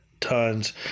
tons